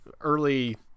early